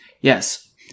Yes